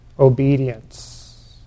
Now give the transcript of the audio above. obedience